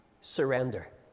surrender